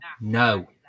no